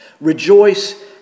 Rejoice